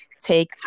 take